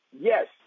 Yes